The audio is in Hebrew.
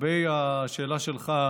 לגבי השאלה שלך,